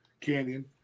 Canyon